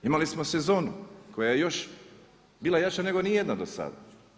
Imali smo sezonu, koja još bila jača nego ni jedna do sada.